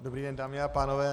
Dobrý den, dámy a pánové.